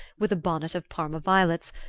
with a bonnet of parma violets,